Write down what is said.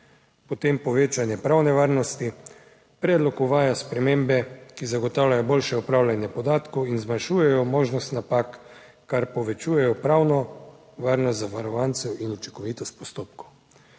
Potem, povečanje pravne varnosti; predlog uvaja spremembe, ki zagotavljajo boljše upravljanje podatkov in zmanjšujejo možnost napak, kar povečujejo pravno varnost zavarovancev in učinkovitost postopkov.